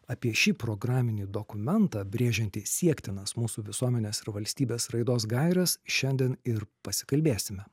apie šį programinį dokumentą brėžiantį siektinas mūsų visuomenės ir valstybės raidos gaires šiandien ir pasikalbėsime